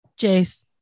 jace